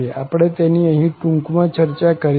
આપણે તેની અહીં ટૂંક માં ચર્ચા કરીશું